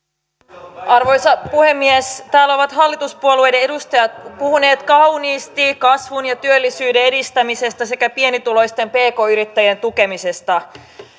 arvoisa puhemies täällä ovat hallituspuolueiden edustajat puhuneet kauniisti kasvun ja työllisyyden edistämisestä sekä pienituloisten pk yrittäjien tukemisesta